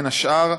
בין השאר,